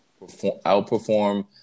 outperform